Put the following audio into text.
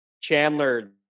Chandler